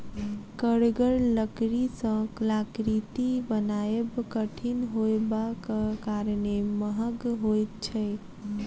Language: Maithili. कड़गर लकड़ी सॅ कलाकृति बनायब कठिन होयबाक कारणेँ महग होइत छै